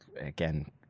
again